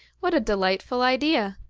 what a delightful idea!